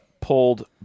pulled